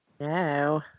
No